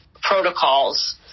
protocols